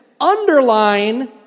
underline